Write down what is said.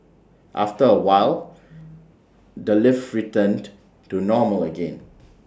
after A while the lift returned to normal again